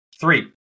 Three